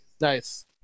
Nice